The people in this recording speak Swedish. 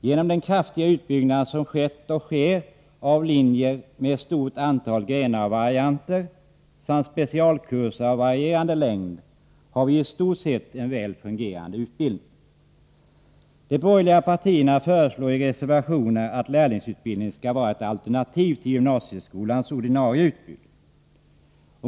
Genom den kraftiga utbyggnad som skett och sker av linjer med stort antal grenar och varianter samt specialkurser av varierande längd har vi i stort sett en väl fungerande utbildning. De borgerliga partierna föreslår i reservationer att lärlingsutbildningen skall vara ett alternativ till gymnasieskolans ordinarie utbud.